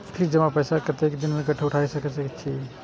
Fix जमा पैसा कतेक दिन में उठाई सके छी?